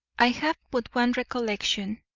i have but one recollection,